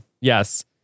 Yes